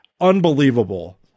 unbelievable